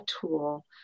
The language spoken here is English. tool